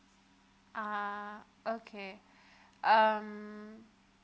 ah okay um